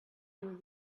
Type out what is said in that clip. you